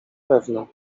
pewne